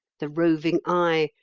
the roving eye,